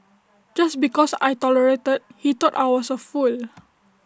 just because I tolerated he thought I was A fool